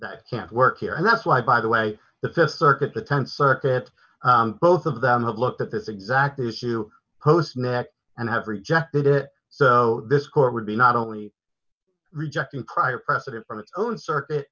that can't work here and that's why by the way the th circuit the th circuit both of them have looked at this exact issue post net and have rejected it so this court would be not only rejecting prior precedent from its own circuit